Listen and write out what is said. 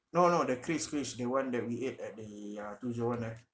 no no the craze craze the one that we ate at the uh two zero one right